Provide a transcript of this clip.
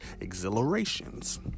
Exhilarations